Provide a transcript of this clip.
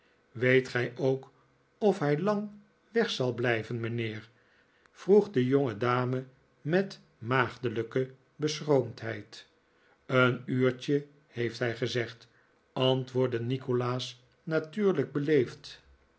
weet gij ook of hij lang weg zal blijven mijnheer vroeg de jongedame met maagdelijke beschroomdheid een uurtje heeft hij gezegd antwoordde nikolaas natuurlijk beleefd